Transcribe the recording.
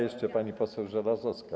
Jeszcze pani poseł Żelazowska.